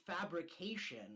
fabrication